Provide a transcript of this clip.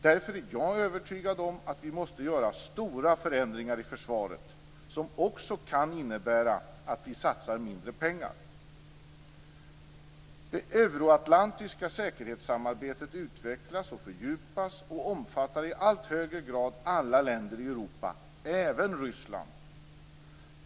Därför är jag övertygad om att vi måste göra stora förändringar i försvaret som också kan innebära att vi satsar mindre pengar. Det euroatlantiska samarbetet utvecklas och fördjupas och omfattar i allt högre grad alla länder i Europa, även Ryssland.